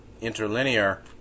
interlinear